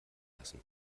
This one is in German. lassen